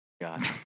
God